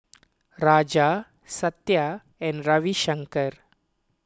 Raja Satya and Ravi Shankar